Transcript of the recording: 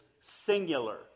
singular